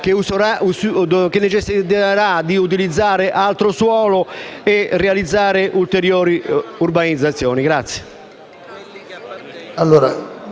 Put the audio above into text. che necessiterà di utilizzare altro suolo e realizzare ulteriori urbanizzazioni.